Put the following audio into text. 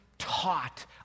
taught